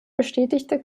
bestätigte